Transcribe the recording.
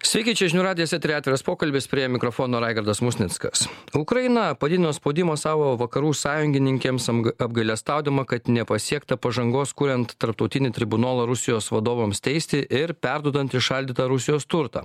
sveiki čia žinių radijas etery atviras pokalbis prie mikrofono raigardas musnickas ukraina padidino spaudimą savo vakarų sąjungininkėms apgailestaudama kad nepasiekta pažangos kuriant tarptautinį tribunolą rusijos vadovams teisti ir perduodant įšaldytą rusijos turtą